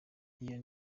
iyo